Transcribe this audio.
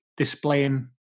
displaying